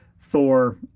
Thor